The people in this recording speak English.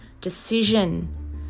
decision